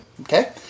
Okay